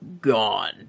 gone